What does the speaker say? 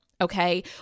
okay